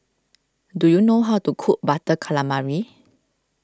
do you know how to cook Butter Calamari